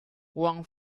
huang